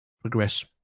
progress